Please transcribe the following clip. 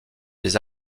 les